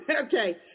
Okay